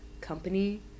company